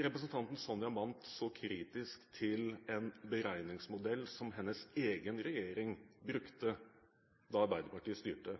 representanten Sonja Mandt så kritisk til en beregningsmodell som hennes egen regjering brukte da Arbeiderpartiet styrte?